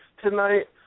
tonight